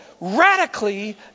radically